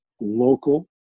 local